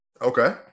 Okay